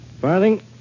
Farthing